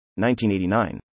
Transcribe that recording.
1989